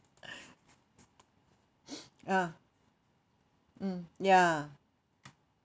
ya mm ya